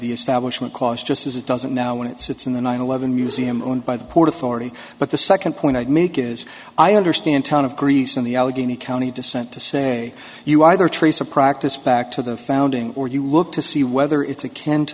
the establishment clause just as it doesn't now when it sits in the nine eleven museum owned by the port authority but the second point i'd make is i understand ton of greece in the allegheny county descent to say you either trace or practice back to the founding or you look to see whether it's akin to